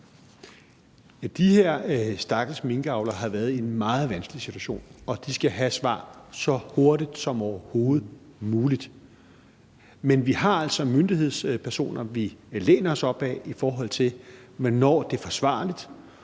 De her stakkels minkavlere har været i en meget vanskelig situation, og de skal have svar så hurtigt som overhovedet muligt. Men vi har altså myndighedspersoner, som vi læner os op ad, i forhold til hvornår det er forsvarligt,